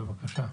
בבקשה.